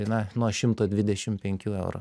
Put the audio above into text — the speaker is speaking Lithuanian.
na nuo šimto dvidešim penkių eurų